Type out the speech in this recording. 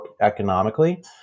economically